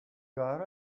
got